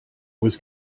was